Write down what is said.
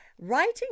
writing